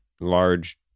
large